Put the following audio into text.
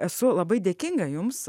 esu labai dėkinga jums